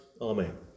Amen